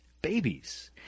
Babies